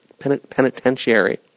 penitentiary